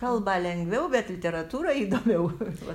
kalbą lengviau bet literatūrą įdomiau va